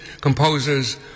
composers